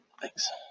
thanks